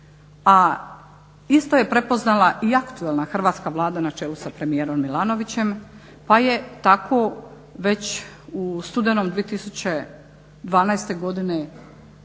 a isto je prepoznala i aktualna hrvatska Vlada na čelu sa premijerom Milanovićem pa je tako već u studenom 2012. godine